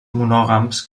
monògams